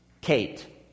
Kate